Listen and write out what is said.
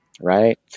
right